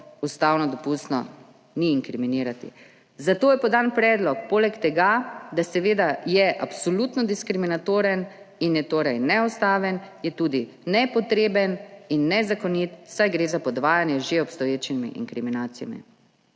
ustavno dopustno inkriminirati. Zato je podan predlog, poleg tega, da je seveda absolutno diskriminatoren in je torej neustaven, je tudi nepotreben in nezakonit, saj gre za podvajanje z že obstoječimi inkriminacijami.